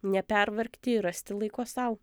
nepervargti ir rasti laiko sau